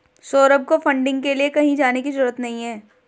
सौरभ को फंडिंग के लिए कहीं जाने की जरूरत नहीं है